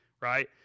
right